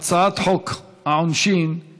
יש לנו על סדר-היום את הצעת חוק העונשין (תיקון,